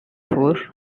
for